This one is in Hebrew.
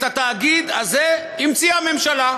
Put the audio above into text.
את התאגיד הזה המציאה הממשלה.